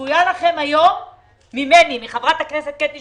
צפוי לכם היום ממני, מחברת הכנסת קטי שטרית,